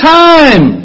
time